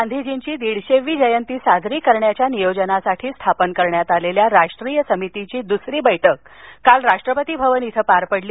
गांधीजींची दीडशेवी जयंती साजरी करण्याच्या नियोजनासाठी स्थापन करण्यात आलेल्या राष्ट्रीय समितीची दुसरी बैठक काल राष्ट्रपती भवन इथं पार पडली